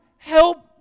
Help